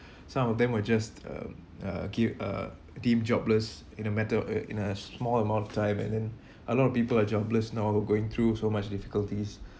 some of them are just uh uh give uh deemed jobless in a matter of uh in a small amount of time and then a lot of people are jobless now going through so much difficulties